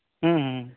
ᱦᱩᱸ ᱦᱩᱸ